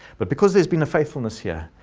but because there's been a faithfulness here,